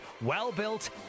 well-built